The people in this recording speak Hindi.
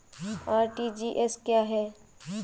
आर.टी.जी.एस क्या है?